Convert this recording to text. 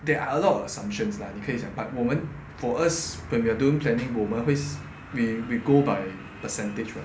there are a lot of assumptions like 你可以想 but 我们 for us when we're doing planning 我们会 we go by percentage what